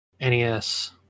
NES